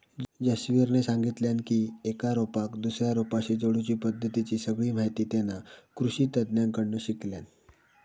जसवीरने सांगितल्यान की एका रोपाक दुसऱ्या रोपाशी जोडुची पद्धतीची सगळी माहिती तेना कृषि तज्ञांकडना शिकल्यान